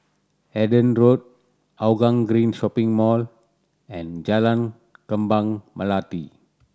Hendon Road Hougang Green Shopping Mall and Jalan Kembang Melati